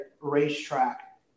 racetrack